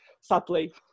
sadly